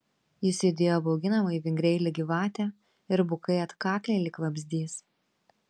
jis judėjo bauginamai vingriai lyg gyvatė ir bukai atkakliai lyg vabzdys